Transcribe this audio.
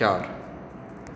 चार